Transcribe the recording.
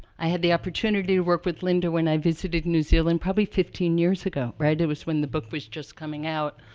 i had the opportunity to work with linda when i visited new zealand, probably fifteen years ago, right? it was when the book was just coming out,